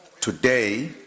today